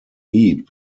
heat